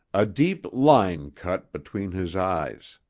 a deep line cut between his eyes.